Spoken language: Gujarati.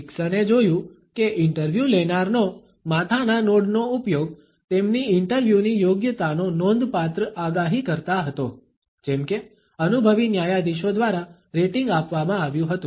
ડિકસનએ જોયું કે ઇન્ટરવ્યુ લેનારનો માથાના નોડનો ઉપયોગ તેમની ઇન્ટરવ્યુની યોગ્યતાનો નોંધપાત્ર આગાહીકર્તા હતો જેમ કે અનુભવી ન્યાયાધીશો દ્વારા રેટિંગ આપવામાં આવ્યું હતું